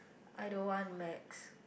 I don't want Macs